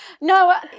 No